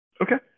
Okay